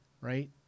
right